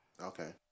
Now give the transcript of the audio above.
Okay